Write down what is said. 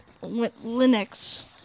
Linux